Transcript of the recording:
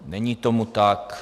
Není tomu tak.